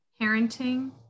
parenting